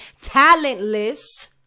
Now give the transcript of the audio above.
talentless